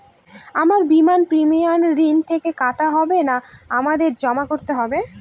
আমার বিমার প্রিমিয়াম ঋণ থেকে কাটা হবে না আমাকে জমা করতে হবে?